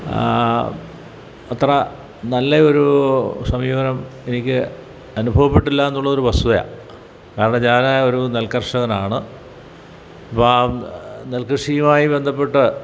അത്ര നല്ലയൊരു സമീപനം എനിക്ക് അനുഭവപ്പെട്ടില്ല എന്നുള്ളൊരു വസ്തുതയാണ് കാരണം ഞാൻ ഒരു നെൽകർഷകനാണ് അപ്പം നെൽകൃഷിയുമായി ബന്ധപ്പെട്ട്